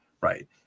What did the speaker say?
right